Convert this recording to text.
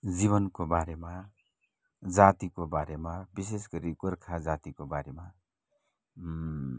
जीवनको बारेमा जातिको बारेमा विशेष गरी गोर्खा जातिको बारेमा